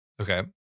Okay